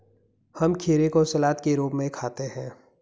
हम खीरे को सलाद के रूप में खाते हैं